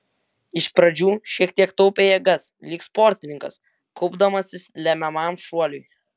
iš pradžių šiek tiek taupė jėgas lyg sportininkas kaupdamasis lemiamam šuoliui